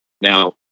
Now